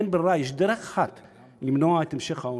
אין ברירה, יש דרך אחת למנוע את המשך העוני.